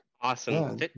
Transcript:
Awesome